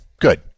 good